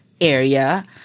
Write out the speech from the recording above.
area